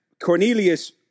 Cornelius